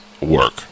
work